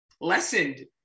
lessened